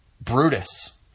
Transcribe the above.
Brutus